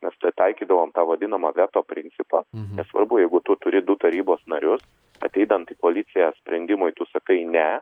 mes tai taikydavom tą vadinamą veto principą nesvarbu jeigu tu turi du tarybos narius ateinant į koaliciją sprendimui tu sakai ne